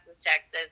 Texas